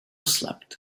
slept